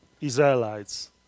Israelites